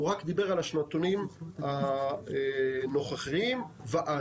הוא רק דיבר על השנתונים הנוכחיים והלאה.